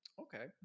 Okay